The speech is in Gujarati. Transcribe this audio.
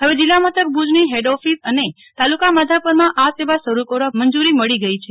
હવે જિલ્લા મથક ભુજની હેડ ઓફિસ અને તાલુકાના માધાપરમાં આ સેવા શરૂ કરવા મંજૂરી મળી ગઇ છે